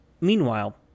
Meanwhile